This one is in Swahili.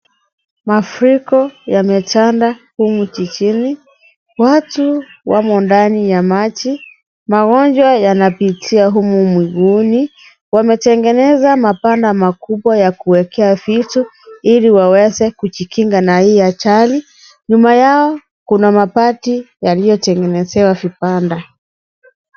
Wafuriko yametanda humu jijini. Watu wamo ndani ya maji. Magonjwa yanapitia humu miguuni. Wametengeneza mabanda makubwa ya kuwekea vitu, ili waweze kujikinga na hii ajali. Nyuma yao, kuna mabati yaliyo tengenezewa vibanda.